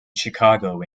chicago